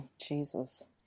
Jesus